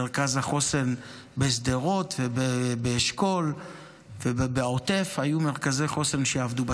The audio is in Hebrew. מרכז החוסן בשדרות ובאשכול ובעוטף היו מרכזי חוסן שעבדו.